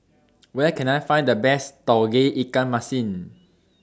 Where Can I Find The Best Tauge Ikan Masin